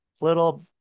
little